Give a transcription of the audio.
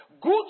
Good